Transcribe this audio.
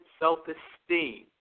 self-esteem